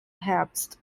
herbst